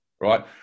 right